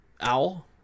Owl